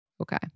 Okay